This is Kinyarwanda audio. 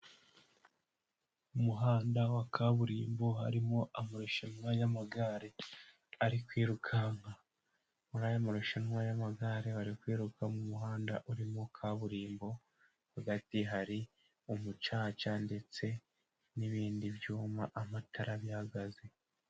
Mu muhanda wa kaburimbo harimo amarushanwa y'amagare ari kwirukanka. Muri aya marushanwa y'amagare bari kwiruka mu muhanda urimo kaburimbo hagati hari umucaca ,ndetse n'ibindi byuma amatara bihagaze.